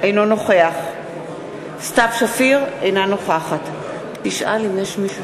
אינו נוכח סתיו שפיר, אינה נוכחת רבותי, יש מישהו